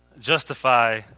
justify